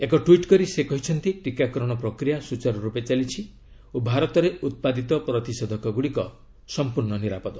ଏକ ଟ୍ୱିଟ୍ କରି ସେ କହିଛନ୍ତି ଟିକାକରଣ ପ୍ରକ୍ରିୟା ସୂଚାରୁ ରୂପେ ଚାଲିଛି ଓ ଭାରତରେ ଉତ୍ପାଦିତ ପ୍ରତିଷେଧକଗୁଡ଼ିକ ସଫପୂର୍ଣ୍ଣ ନିରାପଦ